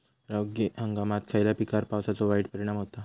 रब्बी हंगामात खयल्या पिकार पावसाचो वाईट परिणाम होता?